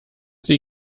sie